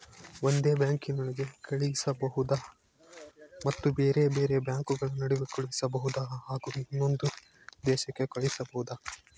ಒಂದೇ ಬ್ಯಾಂಕಿನೊಳಗೆ ಕಳಿಸಬಹುದಾ ಮತ್ತು ಬೇರೆ ಬೇರೆ ಬ್ಯಾಂಕುಗಳ ನಡುವೆ ಕಳಿಸಬಹುದಾ ಹಾಗೂ ಇನ್ನೊಂದು ದೇಶಕ್ಕೆ ಕಳಿಸಬಹುದಾ?